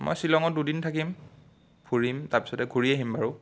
মই শ্বিলঙত দুদিন থাকিম ফুৰিম তাৰপিছতে ঘূৰি আহিম বাৰু